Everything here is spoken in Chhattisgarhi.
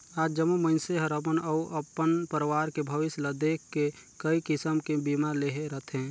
आज जम्मो मइनसे हर अपन अउ अपन परवार के भविस्य ल देख के कइ किसम के बीमा लेहे रथें